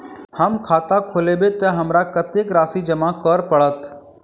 हम खाता खोलेबै तऽ हमरा कत्तेक राशि जमा करऽ पड़त?